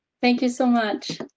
thank you so much.